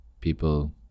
people